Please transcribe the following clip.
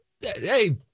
hey